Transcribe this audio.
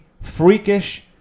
freakish